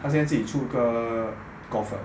他现在自己出一个 golf 了